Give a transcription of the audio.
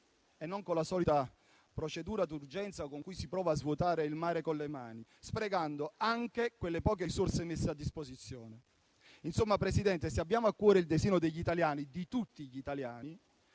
e non con la solita procedura d'urgenza con cui si prova a svuotare il mare con le mani, sprecando anche le poche risorse messe a disposizione. Insomma, signor Presidente, se abbiamo a cuore il destino degli italiani, di tutti gli italiani,